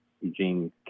Eugene